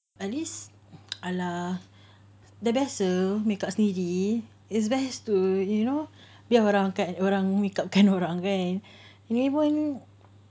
at least !alah! dah biasa makeup sendiri is best to you know biar orang kat orang makeup kan orang kan lagi pun